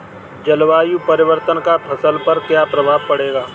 जलवायु परिवर्तन का फसल पर क्या प्रभाव पड़ेगा?